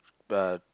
but